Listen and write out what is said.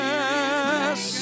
Yes